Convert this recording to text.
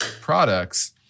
products